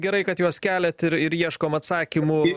gerai kad juos keliat ir ir ieškom atsakymų